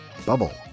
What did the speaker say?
bubble